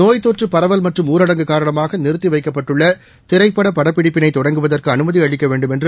நோய் தொற்று பரவல் மற்றும் ஊரடங்கு காரணமாக நிறுத்தி வைக்கப்பட்டுள்ள திரைப்பட படப்பிடிப்பினை தொடங்குவதற்கு அனுமதி அளிக்க வேண்டுமென்று